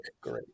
great